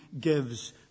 gives